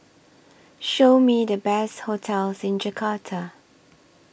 Show Me The Best hotels in Jakarta